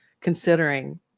considering